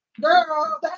Girl